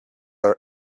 are